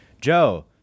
Joe